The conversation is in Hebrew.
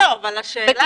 בקיצור,